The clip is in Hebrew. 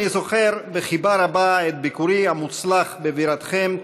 אני זוכר בחיבה רבה את ביקורי המוצלח בבירתכם,